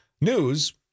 news